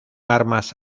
armas